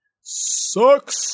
sucks